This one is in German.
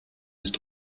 ist